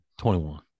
21